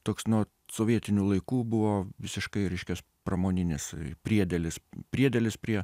toks nuo sovietinių laikų buvo visiškai reiškias pramoninis priedėlis priedėlis prie